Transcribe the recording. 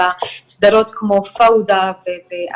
בסדרות כמו פאודה ואחרים.